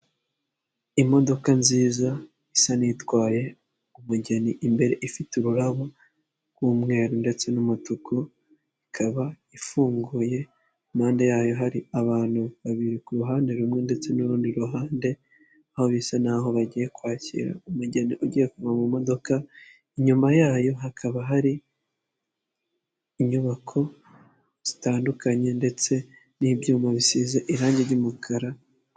Imodoka nziza isa n'itwaye umugeni imbere ifite ururabo rw'umweru ndetse n'umutuku, ikaba ifunguye impande yayo hari abantu babiri ku ruhande rumwe ndetse n'urundi ruhande, aho bisa naho bagiye kwakira umugeni ugiye kuva mu modoka, inyuma yayo hakaba hari inyubako zitandukanye ndetse n'ibyuma bisize irangi ry'umukara.